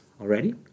already